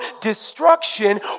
destruction